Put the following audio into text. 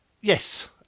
Yes